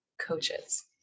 coaches